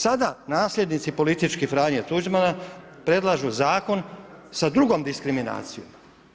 Sada nasljednici politički Franje Tuđmana predlažu zakon sa drugom diskriminacijom.